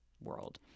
world